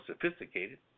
sophisticated